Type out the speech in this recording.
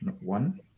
One